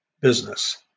business